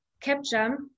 Capture